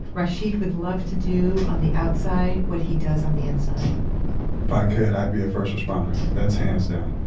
rashid would love to do on the outside what he does on the inside if i could, i'd be a first responder. that's hands down.